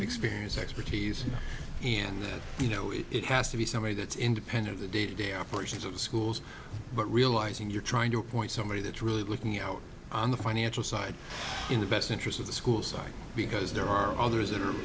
experience expertise and you know it has to be somebody that's independent the day to day operations of schools but realizing you're trying to appoint somebody that's really looking out on the financial side in the best interest of the school site because there are others that are